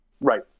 Right